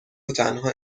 وتنها